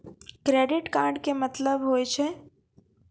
Credit card के मतलब होय छै?